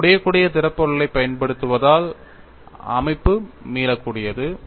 நாம் உடையக்கூடிய திடப்பொருட்களைப் பயன்படுத்துவதால் அமைப்பு மீளக்கூடியது